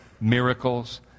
miracles